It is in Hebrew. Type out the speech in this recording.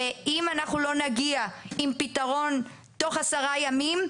ואם לא נגיע עם פתרון תוך עשרה ימים,